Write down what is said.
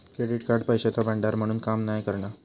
credit card पैशाचा भांडार म्हणून काम नाय करणा